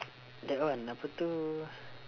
that one apa tu